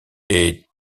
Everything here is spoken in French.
est